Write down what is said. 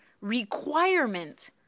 requirement